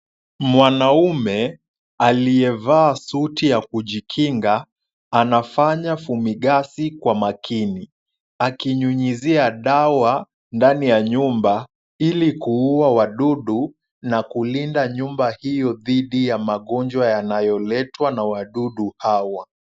Mwanaume aliyevaa suti ya kujikinga anafanya fumigation kwa makini, akinyunyizia dawa ndani ya nyumba ili kuua wadudu na kulinda nyumba hiyo dhidi ya magonjwa yanayoletwa na wadudu hawa.